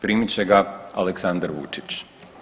Primit će ga Aleksandar Vučić.